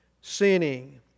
sinning